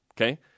Okay